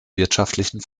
wirtschaftlichen